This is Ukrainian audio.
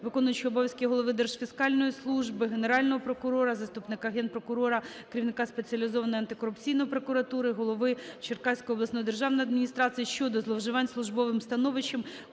виконуючого обов'язки голови Держфіскальної служби, Генерального прокурора, заступника Генпрокурора - керівника Спеціалізованої антикорупційної прокуратури, голови Черкаської обласної державної адміністрації щодо зловживань службовим становищем,